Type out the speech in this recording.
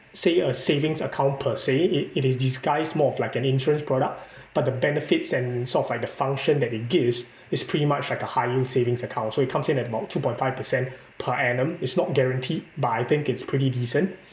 say a savings account per se it it is disguised more of like an insurance product but the benefits and sort of like the function that it gives is pretty much like a high-yield savings account so it comes in at about two point five percent per annum it's not guaranteed but I think it's pretty decent